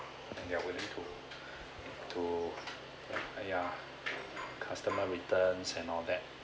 and they willing to to ya customer returns and all that